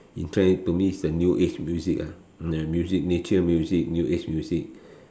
in trend to me is the new age music ah the nature music new age music